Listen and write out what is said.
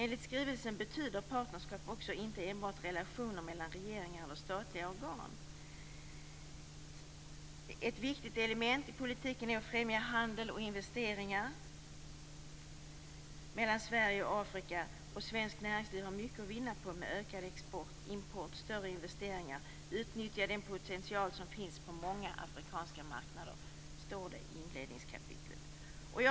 Enligt skrivelsen betyder partnerskap inte enbart relationer mellan regeringar och statliga organ. Ett viktigt element i politiken är att främja handel och investeringar mellan Sverige och Afrika, och svenskt näringsliv har mycket att vinna på ökad export och import, på större investeringar och på att utnyttja den potential som finns på många afrikanska marknader. Detta står skrivet i inledningskapitlet.